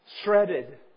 shredded